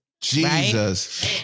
Jesus